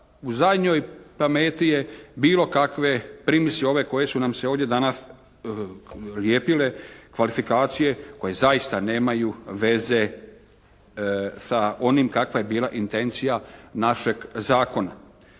u zadnjoj pameti je bilo kakve primisli ove koje su nam se ovdje danas lijepile, kvalifikacije koje zaista nemaju veze sa onim kakva je bila intencija našeg zakona.